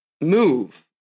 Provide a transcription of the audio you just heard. move